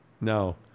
No